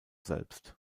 selbst